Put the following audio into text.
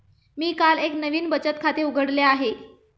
मी काल एक नवीन बचत खाते उघडले आहे